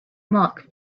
mark